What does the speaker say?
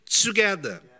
together